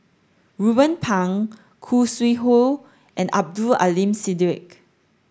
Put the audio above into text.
Ruben Pang Khoo Sui Hoe and Abdul Aleem Siddique